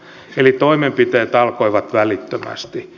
eli toimenpiteet alkoivat välittömästi